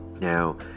Now